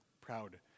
proud